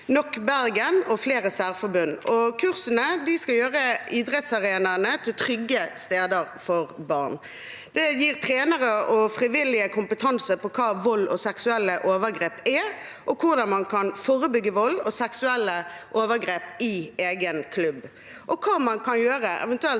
Nok. Bergen og flere særforbund. Kursene skal gjøre idrettsarenaene til trygge steder for barn. Det gir trenere og frivillige kompetanse om hva vold og seksuelle overgrep er, hvordan man kan forebygge vold og seksuelle overgrep i egen klubb, og hva man eventuelt